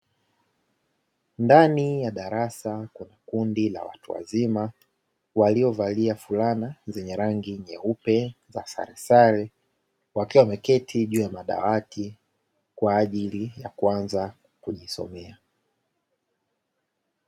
Ndani ya darasa kuna kundi la watu wazima, waliovalia fulana zenye rangi nyeupe za saresare, wakiwa wameketi juu ya madawati kwa ajili ya kuanza kujisomea.